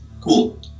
Cool